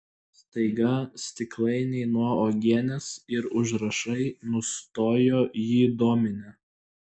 staiga stiklainiai nuo uogienės ir užrašai nustojo jį dominę